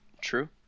True